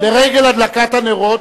לרגל הדלקת הנרות.